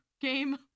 game